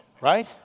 Right